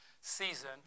season